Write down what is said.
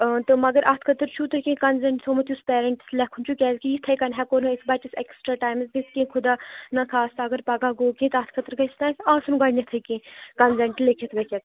اۭں تہٕ مگر اَتھ خٲطرٕ چھُو تۄہہِ کیٚنٛہہ کَنزَنٛٹ تھومُت یُس پیرَنٛٹَس لیٚکھُن چھُ کیازِکہِ یِتھے کٔنۍ ہیٚکو نہٕ أسۍ بچَس ایکٕسٹرٛا ٹایِمَس دِتھ کیٚنٛہہ خُدا نہ خواستہ اگر پگاہ گوٚو کیٚنٛہہ تَتھ خٲطرٕ گَژھِہ نَہ اسہِ آسُن گۄڈنٮ۪تھٕے کیٚنٛہہ کَنزَنٛٹ لیٚکھِتھ وٮ۪کھِتھ